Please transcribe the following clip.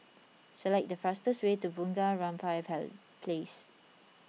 select the fastest way to Bunga Rampai Place